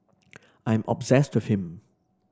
I am obsessed to him